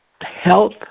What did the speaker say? health